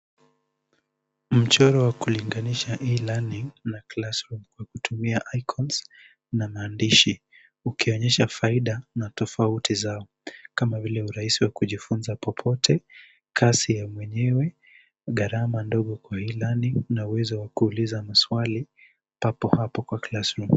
Mchoro wa kulinganisha E-learning na Classroom kwa kutumia [cs[ icons na maandishi ukionyesha faida na tofauti zao kama vilre urahisi wa kujifunza popote, kasi ya mwenyewe, gharama ndogo kwa E-learning na uwezo wa kuuliza maswali papo hapo kwa Classroom.